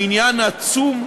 העניין עצום.